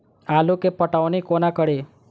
आलु केँ पटौनी कोना कड़ी?